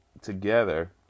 together